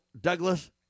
Douglas